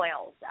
oils